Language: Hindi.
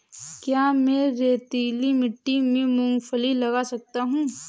क्या मैं रेतीली मिट्टी में मूँगफली लगा सकता हूँ?